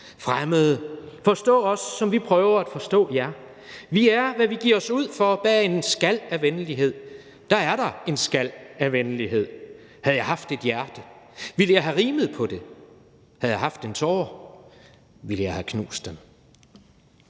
karse/Fremmede/forstå os som vi prøver at forstå jer/Vi er hvad vi gir os ud for/bag en skal af venlighed/er der en skal af venlighed/havde jeg haft et hjerte/ville jeg ha rimet på det/havde jeg haft en tåre/ville jeg ha knust den.«